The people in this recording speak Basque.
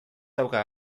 dauka